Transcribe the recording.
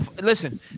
listen